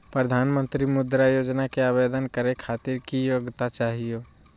प्रधानमंत्री मुद्रा योजना के आवेदन करै खातिर की योग्यता चाहियो?